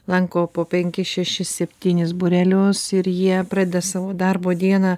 lanko po penkis šešis septynis būrelius ir jie pradeda savo darbo dieną